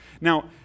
Now